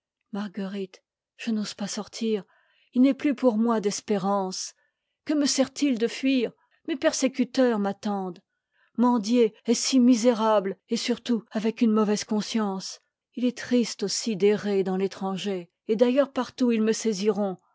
marguerite je n'ose pas sortir il n'est plus pour moi d'es pérance que me sert-il de fuir mes persécuteurs m'attendent mendier est si misérable et surtout avec une mauvaise conscience il est triste aussi d'errer dans l'étranger et d'ailleurs partout ils k me saisiront